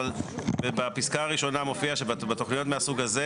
אבל בפסקה הראשונה מופיע שבתוכניות מהסוג הזה